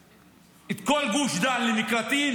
את כל גוש דן למקלטים,